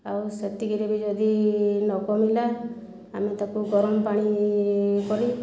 ଆଉ ସେତିକିରେ ବି ଯଦି ନ କମିଲା ଆମେ ତାକୁ ଗରମ ପାଣି କରି